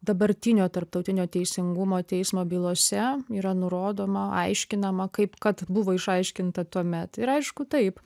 dabartinio tarptautinio teisingumo teismo bylose yra nurodoma aiškinama kaip kad buvo išaiškinta tuomet ir aišku taip